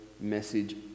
message